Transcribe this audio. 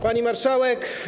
Pani Marszałek!